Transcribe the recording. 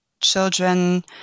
children